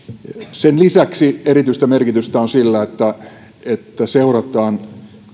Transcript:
sen lisäksi erityistä merkitystä on sillä että että seurataan